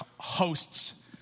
hosts